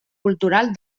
cultural